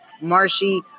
marshy